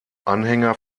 anhänger